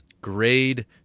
Grade